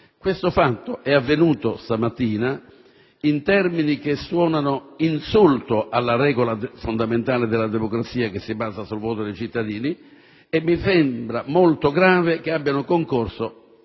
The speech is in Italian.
Questo fatto è avvenuto stamattina in termini che suonano di insulto alla regola fondamentale della democrazia che si fonda sul voto dei cittadini e mi sembra molto grave che vi abbiano concorso